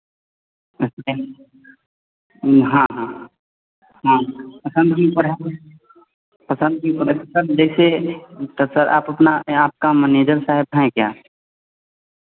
हाँ हाँ हाँ पसंद के ऊपर है पसंद के ऊपर है सर जैसे तो सर आप अपना यहाँ आपका मैनेजर साहब है क्या